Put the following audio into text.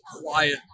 quiet